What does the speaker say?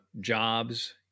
jobs